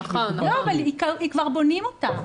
לא, אבל כבר בונים אותה.